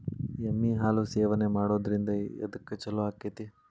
ಎಮ್ಮಿ ಹಾಲು ಸೇವನೆ ಮಾಡೋದ್ರಿಂದ ಎದ್ಕ ಛಲೋ ಆಕ್ಕೆತಿ?